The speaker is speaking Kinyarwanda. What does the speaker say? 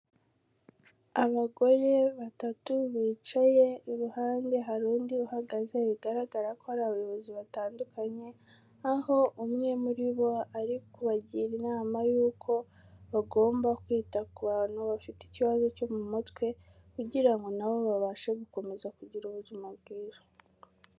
Abagore batatu bicaye, iruhande hari undi uhagaze, bigaragara ko ari abayobozi batandukanye, aho umwe muri bo ari kubagira inama y'uko bagomba kwita ku bantu bafite ikibazo cyo mu mutwe, kugira ngo na bo babashe gukomeza kugira ubuzima bwiza.